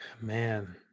Man